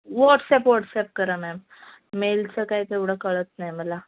WhatsApp WhatsApp करा ma'am मेलचं काय तेवढं कळत नाही मला